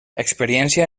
experiència